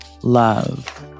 love